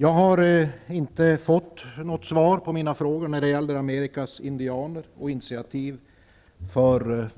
Jag har inte fått något svar på mina frågor om Cambodja. Jag tolkar detta som att några initiativ från regeringen